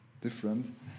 different